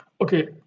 Okay